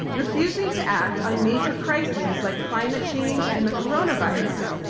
refusing to act on major crises like climate change and the coronavirus.